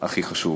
הכי חשוב.